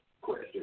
question